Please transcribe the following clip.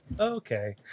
okay